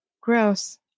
Gross